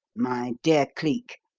my dear cleek,